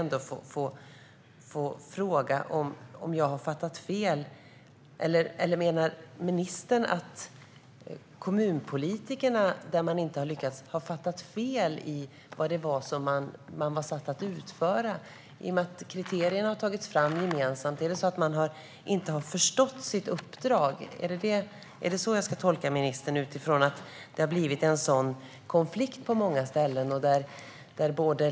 Har jag fattat fel, eller menar ministern att kommunpolitikerna i de fall där man inte har lyckats har missuppfattat vad man skulle utföra? Kriterierna har ju tagits fram gemensamt. Är det då så att man inte har förstått sitt uppdrag? Är det så jag ska tolka ministern? Det har blivit en konflikt på många ställen.